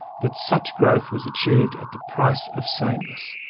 but such growth was achieved at the price of sameness,